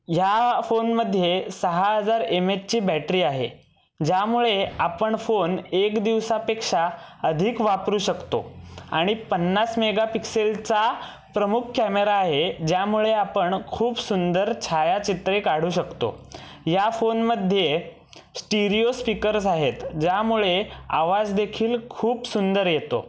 ह्या फोनमध्ये सहा हजार एम एचची बॅट्री आहे ज्यामुळे आपण फोन एक दिवसापेक्षा अधिक वापरू शकतो आणि पन्नास मेगापिक्सेलचा प्रमुख कॅमेरा आहे ज्यामुळे आपण खूप सुंदर छायाचित्रे काढू शकतो या फोनमध्ये स्टिरिओ स्पीकर्स आहेत ज्यामुळे आवाजदेखील खूप सुंदर येतो